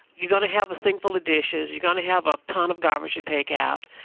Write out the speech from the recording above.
you're going to have a sink full the dishes. you're going to have a ton of garbage to take out.